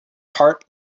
heart